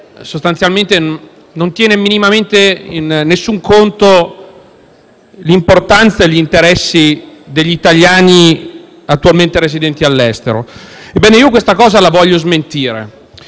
sostanzialmente non tiene minimamente in conto l'importanza e gli interessi degli italiani attualmente residenti all'estero. Questa cosa io la voglio smentire,